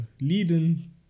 leading